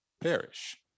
perish